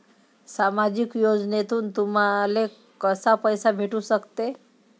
सामाजिक योजनेतून तुम्हाले कसा पैसा भेटू सकते?